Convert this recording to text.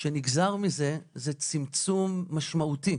צמצום משמעותי